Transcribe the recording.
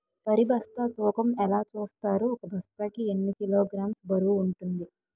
వరి బస్తా తూకం ఎలా చూస్తారు? ఒక బస్తా కి ఎన్ని కిలోగ్రామ్స్ బరువు వుంటుంది?